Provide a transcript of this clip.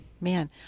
man